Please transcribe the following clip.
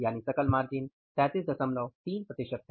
यानि सकल मार्जिन 333 प्रतिशत है